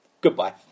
Goodbye